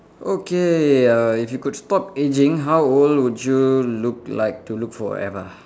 okay uh if you could stop aging how old would you look like to look forever